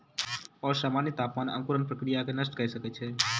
असामन्य तापमान अंकुरण प्रक्रिया के नष्ट कय सकै छै